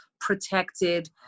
protected